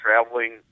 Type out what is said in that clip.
traveling